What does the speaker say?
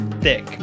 thick